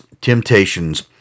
temptations